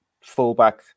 fullback